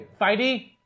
fighty